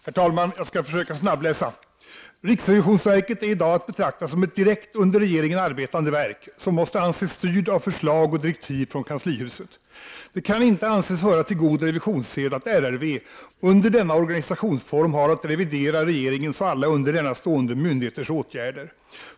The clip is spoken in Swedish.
Herr talman! Riksrevisionsverket, RRV, är i dag att betrakta som ett direkt under regeringen arbetande verk, som måste anses styrt av förslag och direktiv från kanslihuset. Det kan inte anses höra till god revisionssed att RRV under denna organisationsform har att revidera regeringens och alla under denna stående myndigheters åtgärder.